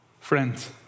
Friends